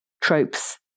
tropes